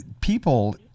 people